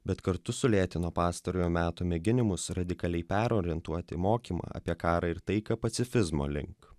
bet kartu sulėtino pastarojo meto mėginimus radikaliai perorientuoti mokymą apie karą ir tai ką pacifizmo link